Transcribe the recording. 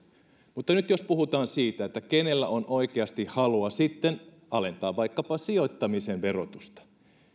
nyt jos puhutaan siitä kenellä on oikeasti halua sitten alentaa vaikkapa sijoittamisen verotusta